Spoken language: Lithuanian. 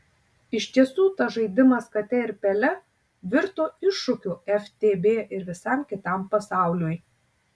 iš tiesų tas žaidimas kate ir pele virto iššūkiu ftb ir visam kitam pasauliui